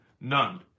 None